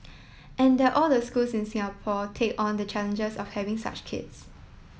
and that all the schools in Singapore take on the challenges of having such kids